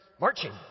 marching